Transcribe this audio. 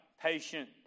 patient